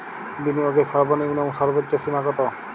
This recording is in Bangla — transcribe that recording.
বিনিয়োগের সর্বনিম্ন এবং সর্বোচ্চ সীমা কত?